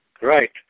Right